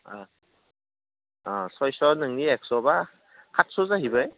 अ सयस' नोंनि एगस'बा हादस' जाहैबाय